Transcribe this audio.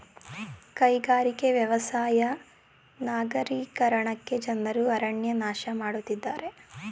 ಕೈಗಾರಿಕೆ, ವ್ಯವಸಾಯ ನಗರೀಕರಣಕ್ಕೆ ಜನರು ಅರಣ್ಯ ನಾಶ ಮಾಡತ್ತಿದ್ದಾರೆ